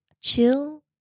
chill